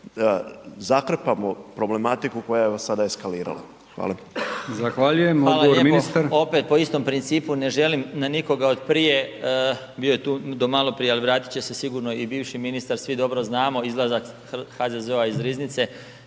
Zahvaljujem. Odgovor, ministar Marić. **Marić, Zdravko** Hvala lijepo. Opet po istom principu ne želim na nikoga od prije, bio je tu do maloprije ali vratit će se sigurno i bivši ministar. Svi dobro znamo izlazak HZZO-a iz riznici,